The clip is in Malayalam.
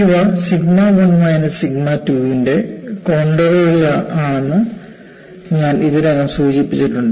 ഇവ സിഗ്മ 1 മൈനസ് സിഗ്മ 2 ന്റെ കോൺണ്ടറുകളാണെന്ന് ഞാൻ ഇതിനകം സൂചിപ്പിച്ചിട്ടുണ്ട്